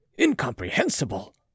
Incomprehensible